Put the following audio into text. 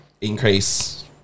increase